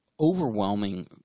overwhelming